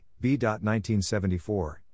B.1974